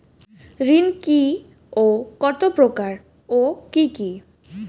ঋণ কি ও কত প্রকার ও কি কি?